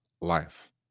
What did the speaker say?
life